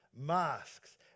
masks